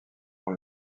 pour